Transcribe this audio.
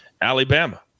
Alabama